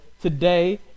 today